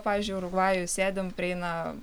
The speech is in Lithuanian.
pavyzdžiui urugvajuj sėdim prieina